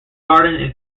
garden